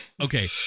Okay